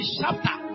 chapter